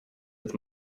with